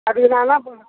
அதுக்கு நான் என்ன பண்ணும்